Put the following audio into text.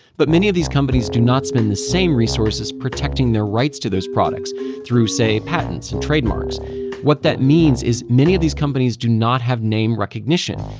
but many of those companies do not spend the same resources protecting their rights to those products through, say, patents and trademarks what that means is many of these companies do not have name recognition,